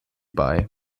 bei